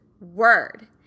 Word